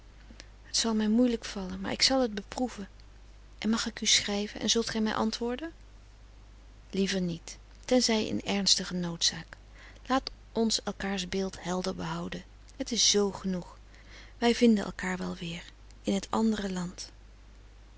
het zal mij moeielijk vallen maar ik zal t beproeven en mag ik u schrijven en zult gij mij antwoorden liever niet tenzij in ernstige noodzaak laat ons elkaars beeld helder behouden het is z genoeg wij vinden elkaar wel weer in t andere land